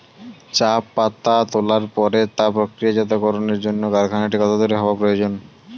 চা পাতা তোলার পরে তা প্রক্রিয়াজাতকরণের জন্য কারখানাটি কত দূর হওয়ার প্রয়োজন?